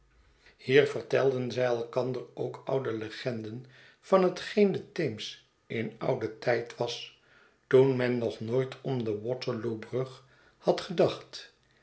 hier vertelden zij elkander ook oude legenden van hetgeen de teems in ouden tijd was toen men nog nooit om de waterloo brug had gedacht